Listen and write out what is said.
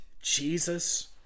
Jesus